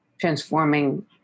transforming